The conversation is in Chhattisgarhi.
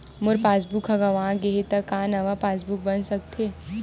मोर पासबुक ह गंवा गे हे त का नवा पास बुक बन सकथे?